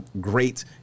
great